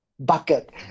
Bucket